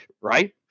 right